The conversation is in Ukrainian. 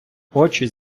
очі